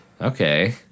Okay